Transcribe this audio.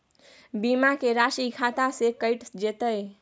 बीमा के राशि खाता से कैट जेतै?